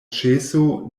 ĉeso